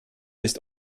ist